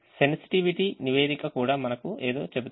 Sensitivity నివేదిక కూడా మనకు ఏదో చెబుతుంది